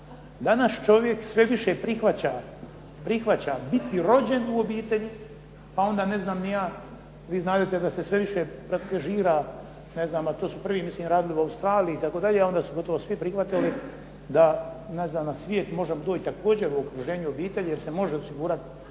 danas čovjek sve više prihvaća biti rođen u obitelji, pa onda ne znam ni ja, vi znadete da se sve više protežira ne znam, a to su prvi mislim radili u Australiji itd., a onda su gotovo svi prihvatili da ne znam na svijet može doći također u okruženju obitelji jer se može osigurati